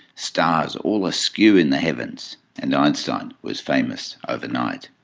stars all askew in the heavens and einstein was famous overnight.